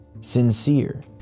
sincere